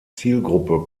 zielgruppe